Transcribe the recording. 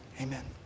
Amen